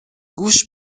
گوش